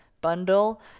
bundle